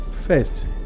first